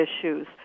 issues